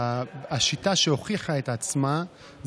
הנגשת מערת המכפלה,